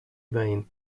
vain